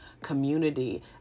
community